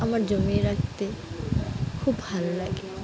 আমার জমিয়ে রাখতে খুব ভালো লাগে